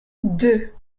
deux